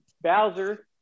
Bowser